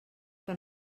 que